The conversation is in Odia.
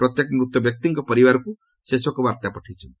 ପ୍ରତ୍ୟେକ ମୃତ ବ୍ୟକ୍ତିଙ୍କ ପରିବାରକୁ ସେ ଶୋକବାର୍ତ୍ତା ପଠାଇଛନ୍ତି